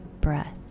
breath